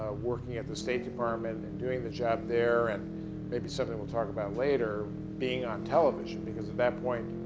ah working at the state department and doing the job there and maybe something we'll talk about later, being on television, because at that point,